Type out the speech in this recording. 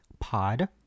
Pod